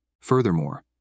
Furthermore